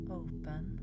open